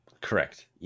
Correct